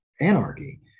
anarchy